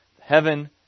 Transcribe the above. heaven